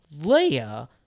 Leia